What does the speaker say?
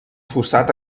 fossat